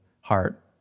heart